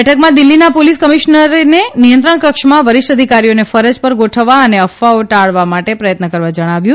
બેઠકમાં દીલ્ફીના પોલીસ કમિશ્નરને નિયંત્રણકક્ષમાં વરિષ્ઠ અધિકારીઓને ફરજ પર ગોઠવવા અને અફવાઓ ટાળવા માટે પ્રથત્ન કરવા જણાવ્યું